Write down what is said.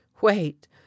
Wait